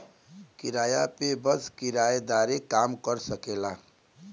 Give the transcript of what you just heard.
किराया पे बस किराएदारे काम कर सकेला